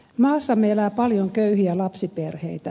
maassamme elää paljon köyhiä lapsiperheitä